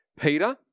Peter